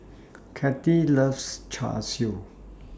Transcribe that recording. Cathi loves Char Siu